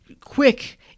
quick